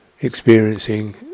experiencing